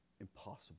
impossible